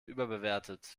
überbewertet